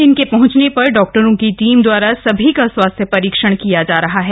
इनके पहंचने पर डाक्टरों की टीम द्वारा सभी का स्वास्थ्य परीक्षण किया जा रहा है